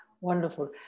Wonderful